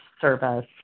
service